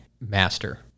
master